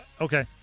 okay